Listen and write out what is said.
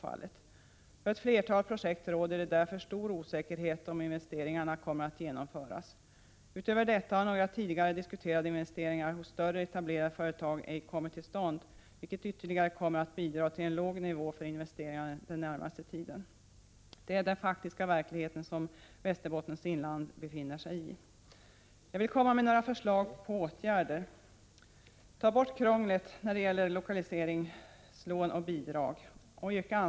Det råder därför för ett flertal projekt stor osäkerhet om huruvida investeringarna kommer att genomföras. Utöver detta har några av de investeringar som tidigare diskuterats av större, etablerade företag ej kommit till stånd, vilket kommer att ytterligare bidra till en låg investeringsnivå under den närmaste tiden. Detta är den faktiska verklighet som Västerbottens inland befinner sig i. Jag vill nämna några förslag till åtgärder: Ta bort krånglet när det gäller lokaliseringslån och bidrag!